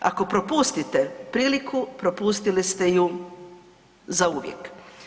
Ako propustite priliku, propustili ste ju zauvijek.